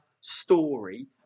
story